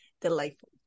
delightful